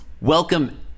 Welcome